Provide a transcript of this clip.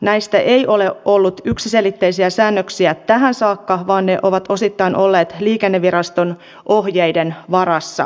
näistä ei ole ollut yksiselitteisiä säännöksiä tähän saakka vaan ne ovat osittain olleet liikenneviraston ohjeiden varassa